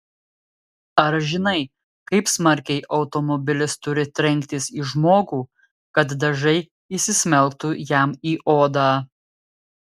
ar žinai kaip smarkiai automobilis turi trenktis į žmogų kad dažai įsismelktų jam į odą